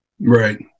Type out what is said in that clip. right